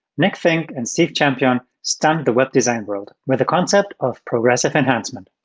nick finck and steve champeon stunned the web design world with the concept of progressive enhancement,